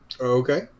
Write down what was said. Okay